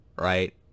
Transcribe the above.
right